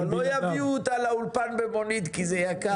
אבל לא יביאו אותה לאולפן במונית כי זה יקר.